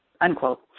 Unquote